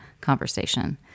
conversation